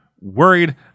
worried